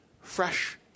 fresh